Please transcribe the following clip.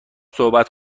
صحبت